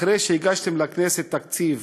אחרי שהגשתם לכנסת תקציב.